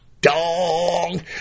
dong